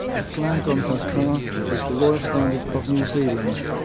the flag on her car was the royal standard of new zealand,